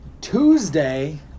Tuesday